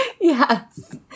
Yes